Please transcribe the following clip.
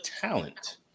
talent